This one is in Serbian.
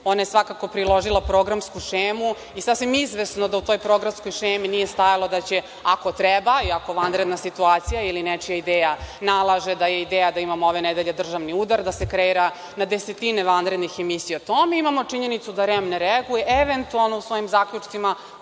ona je svakako priložila programsku šemu i sasvim izvesno da u toj programskoj šemi nije stajalo ako treba i ako vanredna situacija ili nečija ideja nalaže da je ideja da imamo ove nedelje državni udar, da se kreira na desetine vanrednih emisija o tome. Imamo činjenicu da REM ne reaguje, eventualno u svojim zaključcima